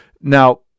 Now